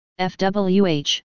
FWH